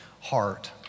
heart